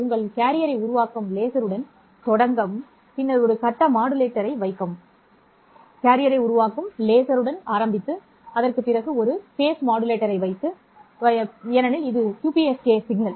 உங்கள் கேரியரை உருவாக்கும் லேசருடன் தொடங்கவும் பின்னர் ஒரு கட்ட மாடுலேட்டரை வைக்கவும் ஏனெனில் இது QPSK சமிக்ஞை